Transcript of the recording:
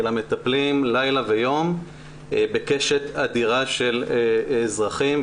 אלא מטפלים לילה ויום בקשת אדירה של אזרחים,